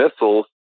missiles